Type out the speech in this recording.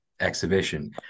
exhibition